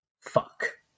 Fuck